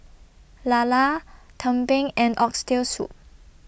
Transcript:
Lala Tumpeng and Oxtail Soup